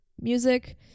music